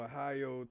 Ohio